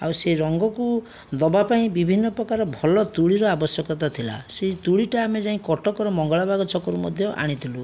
ଆଉ ସେ ରଙ୍ଗକୁ ଦେବା ପାଇଁ ବିଭିନ୍ନପ୍ରକାର ଭଲ ତୂଳିର ଆବଶ୍ୟକତା ଥିଲା ସେଇ ତୂଳିଟା ଆମେ ଯାଇ କଟକର ମଙ୍ଗଳା ବାଗ ଛକରୁ ମଧ୍ୟ ଆଣିଥିଲୁ